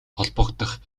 холбогдох